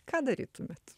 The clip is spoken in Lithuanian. ką darytumėt